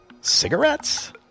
cigarettes